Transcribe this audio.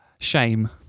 Shame